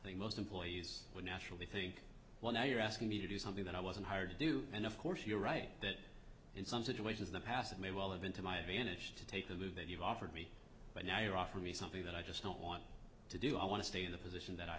than most employees would naturally think well now you're asking me to do something that i wasn't hired to do and of course you're right that in some situations the passage may well have been to my advantage to take the move that you've offered me but now you offer me something that i just don't want to do i want to stay in the position that i